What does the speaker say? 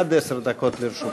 עד עשר דקות לרשותך.